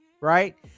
right